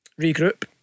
regroup